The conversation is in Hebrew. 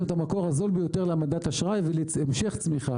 את המקור הזול ביותר להעמדת אשראי ולהמשך צמיחה,